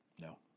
No